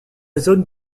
zone